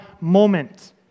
moment